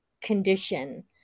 condition